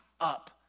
up